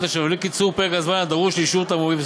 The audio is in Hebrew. אשר יביאו לקיצור פרק הזמן הדרוש לאישור תמרוקים,